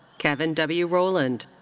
kevin w. roland.